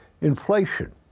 inflation